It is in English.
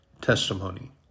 testimony